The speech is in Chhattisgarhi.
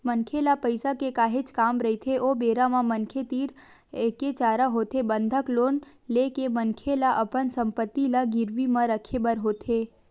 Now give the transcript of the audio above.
मनखे ल पइसा के काहेच काम रहिथे ओ बेरा म मनखे तीर एके चारा होथे बंधक लोन ले के मनखे ल अपन संपत्ति ल गिरवी म रखे बर होथे